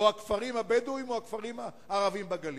או הכפרים הבדואיים או הכפרים הערביים בגליל.